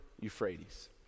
Euphrates